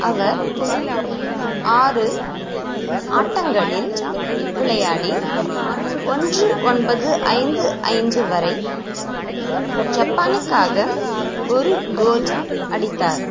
அவர் ஆறு ஆட்டங்களில் விளையாடி ஒன்று ஒன்பது ஐந்து ஐந்து வரை ஜப்பானுக்காக ஒரு கோல் அடித்தார்